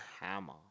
hammer